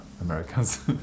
Americans